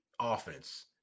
offense